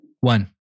One